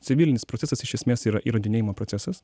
civilinis procesas iš esmės yra įrodinėjimo procesas